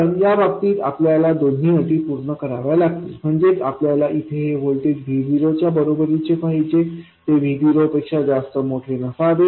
तर या बाबतीत आपल्याला दोन्ही अटी पूर्ण कराव्या लागतील म्हणजेच आपल्याला इथे हे व्होल्टेज VO च्या बरोबरीचे पाहिजे ते VOपेक्षा जास्त मोठे नसावे